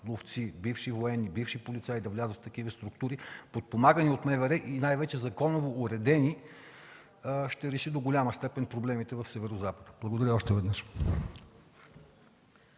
ловци, бивши военни, бивши полицаи да влязат в такива структури, подпомагани от МВР и най-вече законово уредени, ще реши до голяма степен проблемите в Северозапада. Благодаря още веднъж.